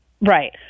Right